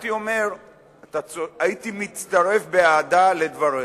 הייתי מצטרף באהדה לדבריך.